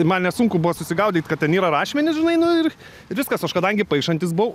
man nesunku buvo susigaudyt kad ten yra rašmenys žinai nu ir ir viskas aš kadangi paišantis buvau